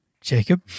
Jacob